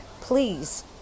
please